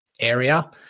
area